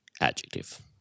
adjective